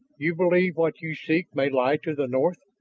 you believe what you seek may lie to the north?